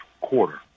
quarter